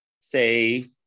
say